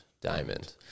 Diamond